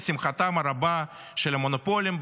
לשמחתם הרבה של המונופולים,